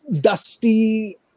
dusty